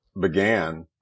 began